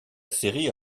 série